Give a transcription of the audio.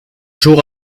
jours